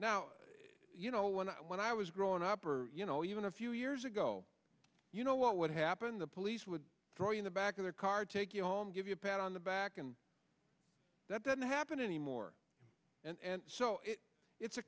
now you know when i when i was growing up or you know even a few years ago you know what would happen the police would throw you in the back of the car take you home give you a pat on the back and that doesn't happen anymore and so it's a